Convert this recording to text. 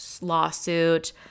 lawsuit